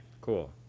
cool